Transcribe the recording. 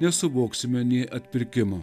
nesuvoksime nė atpirkimo